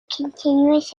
continuous